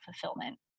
fulfillment